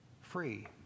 free